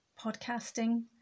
podcasting